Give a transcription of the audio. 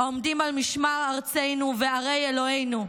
העומדים על משמר ארצנו וערי אלוהינו,